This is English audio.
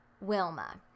Wilma